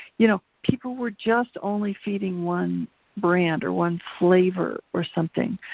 you know, people were just only feeding one brand or one flavor or something,